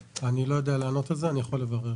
אני לא יודע לענות על זה, אני יכול לברר.